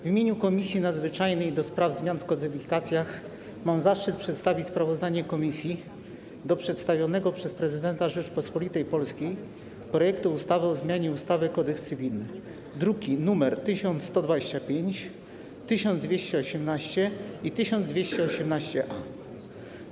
W imieniu Komisji Nadzwyczajnej do spraw zmian w kodyfikacjach mam zaszczyt przedstawić sprawozdanie komisji o przedstawionym przez prezydenta Rzeczypospolitej Polskiej projekcie ustawy o zmianie ustawy - Kodeks cywilny, druki nr 1125, 1218 i 1218-A.